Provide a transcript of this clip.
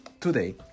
today